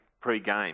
pre-game